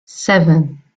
seven